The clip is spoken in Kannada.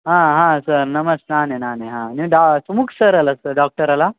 ಹಾಂ ಹಾಂ ಸರ್ ನಮಸ್ತೆ ನಾನೇ ನಾನೇ ಹಾಂ ನೀವು ಡಾ ಸುಮುಖ ಸರ್ ಅಲ್ವ ಸ ಡಾಕ್ಟರಲ್ವ